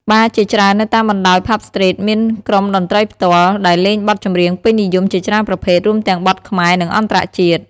បារជាច្រើននៅតាមបណ្ដោយ ផាប់ ស្ទ្រីត មានក្រុមតន្ត្រីផ្ទាល់ ដែលលេងបទចម្រៀងពេញនិយមជាច្រើនប្រភេទ រួមទាំងបទខ្មែរ និងអន្តរជាតិ។